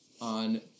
on